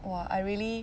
!wah! I really